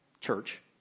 church